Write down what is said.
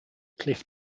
cliff